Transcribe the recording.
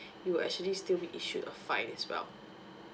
you'll actually still be issued a fine as well